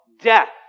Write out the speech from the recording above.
death